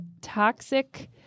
toxic